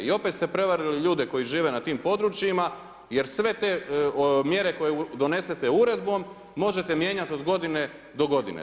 I opet ste prevarili ljude koji žive na tim područjima jer sve te mjere koje donesete uredbom možete mijenjati od godine do godine.